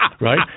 right